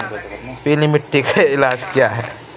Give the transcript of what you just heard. पीली मिट्टी का इलाज क्या है?